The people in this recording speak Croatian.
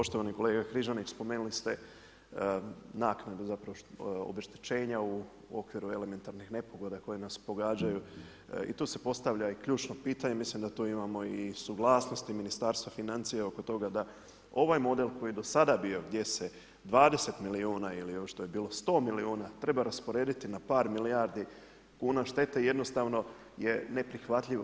Poštovani kolega Križanić, spomenuli ste naknadu zapravo obeštećenja u okviru elementarnih nepogoda koje nas pogađaju i tu se postavlja i ključno pitanje, mislim da tu imamo i suglasnosti Ministarstva financija oko toga da ovaj model koji je do sada bio, gdje se 20 milijuna ili ovo što je bilo 100 milijuna treba rasporediti na par milijardi kuna štete, jednostavno je neprihvatljivo.